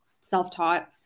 self-taught